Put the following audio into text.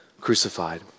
crucified